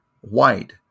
white